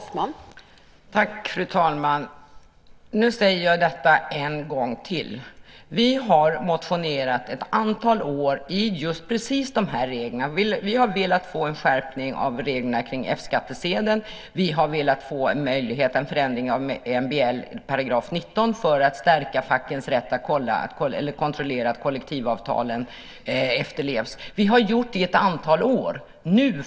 Fru talman! Nu säger jag detta en gång till. Vi har motionerat ett antal år om just precis de här reglerna. Vi har velat få en skärpning av reglerna kring F-skattsedeln. Vi har velat få en förändring av MBL, § 19, för att stärka fackens rätt att kontrollera att kollektivavtalen efterlevs. Vi har gjort detta i ett antal år.